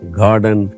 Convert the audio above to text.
garden